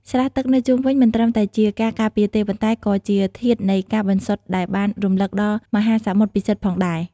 ស្រះទឹកនៅជុំវិញមិនត្រឹមតែជាការការពារទេ ប៉ុន្តែក៏ជាធាតុនៃការបន្សុទ្ធដែលបានរំឭកដល់មហាសមុទ្រពិសិដ្ឋផងដែរ។